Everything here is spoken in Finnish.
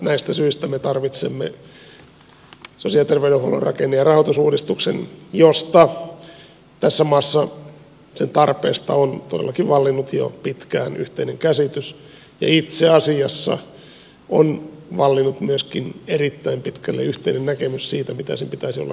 näistä syistä me tarvitsemme sosiaali ja terveydenhuollon rakenne ja rahoitusuudistuksen jonka tarpeesta tässä maassa on todellakin vallinnut jo pitkään yhteinen käsitys ja itse asiassa on vallinnut myöskin erittäin pitkälle yhteinen näkemys siitä mitä sen pitäisi olla sisällöllisesti